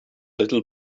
little